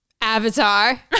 Avatar